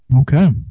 Okay